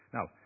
Now